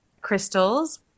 crystals